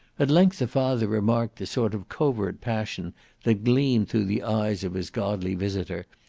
at length the father remarked the sort of covert passion that gleamed through the eyes of his godly visitor,